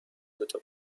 دوتا